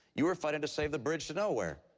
you were fighting to save the bridge to nowhere.